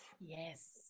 yes